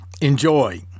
Enjoy